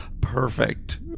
perfect